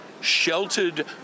sheltered